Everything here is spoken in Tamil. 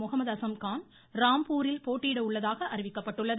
முகமது அஸம்கான் ராம்பூரில் போட்டியிட உள்ளதாக அறிவிக்கப்பட்டுள்ளது